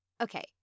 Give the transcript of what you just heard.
okay